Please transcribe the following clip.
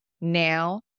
Now